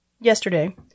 yesterday